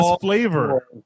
flavor